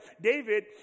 David